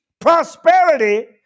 prosperity